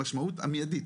המשמעות המידית,